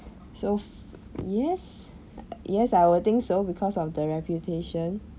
so f~ yes yes I would think so because of the reputation